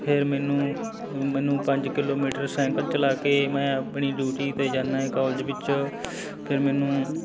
ਫਿਰ ਮੈਨੂੰ ਮੈਨੂੰ ਪੰਜ ਕਿਲੋਮੀਟਰ ਸਾਈਕਲ ਚਲਾ ਕੇ ਮੈਂ ਆਪਣੀ ਡਿਊਟੀ 'ਤੇ ਜਾਂਦਾ ਏ ਕੋਲਜ ਵਿੱਚ ਫਿਰ ਮੈਨੂੰ